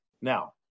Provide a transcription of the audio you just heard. Now